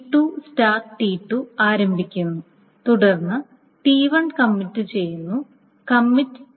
T2 start T2 ആരംഭിക്കുന്നു തുടർന്ന് T1 commit ചെയ്യുന്നു കമ്മിറ്റ് T1